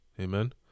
Amen